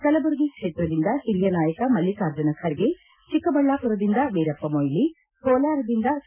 ಕಲಬುರಗಿ ಕ್ಷೇತ್ರದಿಂದ ಹಿರಿಯ ನಾಯಕ ಮಲ್ಲಿಕಾರ್ಜುನ ಖರ್ಗೆ ಚಿಕ್ಕಬಳ್ಳಾಪುರದಿಂದ ವೀರಪ್ಪ ಮೊಯಿಲಿ ಕೋಲಾರದಿಂದ ಕೆ